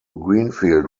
greenfield